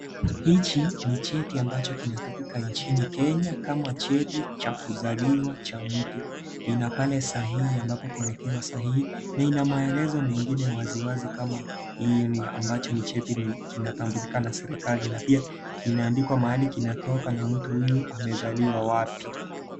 Hichi ni cheti ambacho inatumika Kenya, kama cheti cha kuzaliwa cha mtu. Ina pale sahihi ambapo kumetiwa sahihi na ina maelezo mengine waziwazi kama, hii ni ambacho ni cheti ni kinatambulikana serikali na pia kimeandikwa mahali kinatoa na mtu huyu amezaliwa wapi.